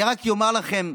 אני רק אומר לכם,